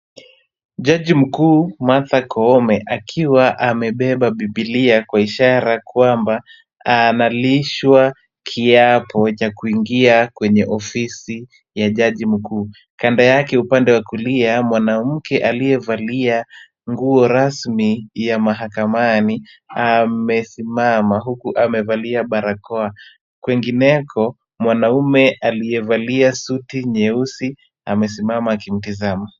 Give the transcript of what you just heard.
Jaji mkuu Martha Koome akiwa amebeba Biblia kwa ishara kwamba analishwa kiapo cha kuingia kwenye ofisi ya jaji mkuu. Kando yake upande wa kulia mwanamke aliyevalia nguo rasmi ya mahakamani amesimama huku amevalia barakoa. Kwengineko, mwanaume aliyevalia suti nyeusi amesimama akitamzama.